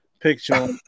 picture